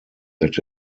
that